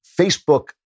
Facebook